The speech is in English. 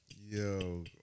Yo